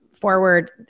forward